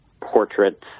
portraits